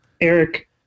eric